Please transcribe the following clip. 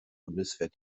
bundeswehr